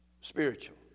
Spiritual